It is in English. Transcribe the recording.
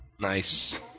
nice